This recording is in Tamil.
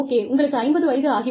உங்களுக்கு 50 வயது ஆகி விட்டது